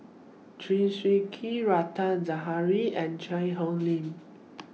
Chew Swee Kee Rita Zahara and Cheang Hong Lim